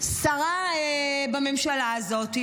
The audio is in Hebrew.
שרה בממשלה הזאת,